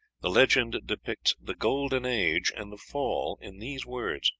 the legend depicts the golden age and the fall in these words